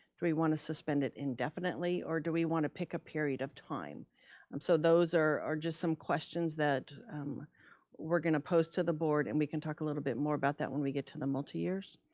do we want to suspend it indefinitely? or do we want to pick a period of time? and so those are just some questions that we're gonna post to the board and we can talk a little bit more about that when we get to the multi years.